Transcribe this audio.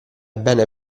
bene